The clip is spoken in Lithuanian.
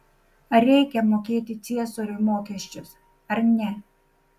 ar reikia mokėti ciesoriui mokesčius ar ne